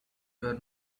were